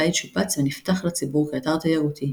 הבית שופץ ונפתח לציבור כאתר תיירותי,